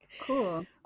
cool